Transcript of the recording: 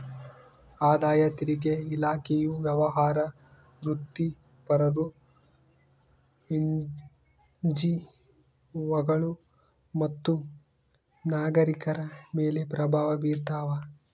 ಆದಾಯ ತೆರಿಗೆ ಇಲಾಖೆಯು ವ್ಯವಹಾರ ವೃತ್ತಿಪರರು ಎನ್ಜಿಒಗಳು ಮತ್ತು ನಾಗರಿಕರ ಮೇಲೆ ಪ್ರಭಾವ ಬೀರ್ತಾವ